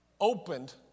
opened